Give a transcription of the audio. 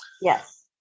Yes